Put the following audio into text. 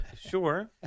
Sure